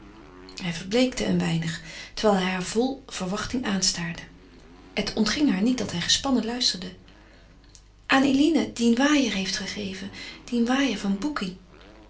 hij verbleekte een weinig terwijl hij haar vol verwachting aanstaarde het ontging haar niet dat hij gespannen luisterde aan eline dien waaier heeft gegeven dien waaier van